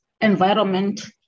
environment